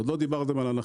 עוד לא דיברתם על הנחה,